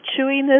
chewiness